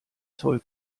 zoll